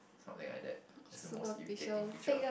something like that that's the most irritating picture